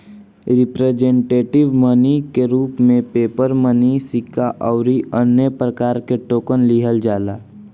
representative money के रूप में पेपर मनी सिक्का अउरी अन्य प्रकार के टोकन लिहल जाला